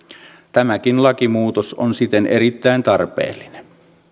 tämäkin lakimuutos on siten erittäin tarpeellinen